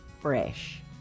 fresh